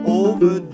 over